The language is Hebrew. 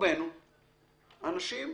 רובנו אנשים